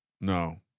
no